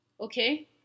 Okay